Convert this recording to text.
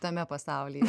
tame pasaulyje